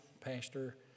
pastor